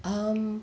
um